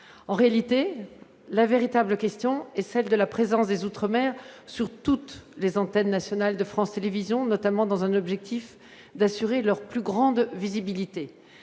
En réalité, la véritable question est celle de la présence des outre-mer sur toutes les antennes nationales de France Télévisions, afin notamment de leur assurer une plus grande visibilité.